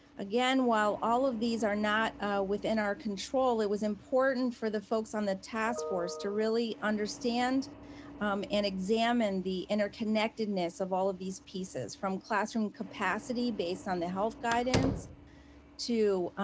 again, while all of these are not within our control, it was important for the folks on the task force to really understand and examine the interconnectedness of all of these pieces from classroom capacity based on the health guidance to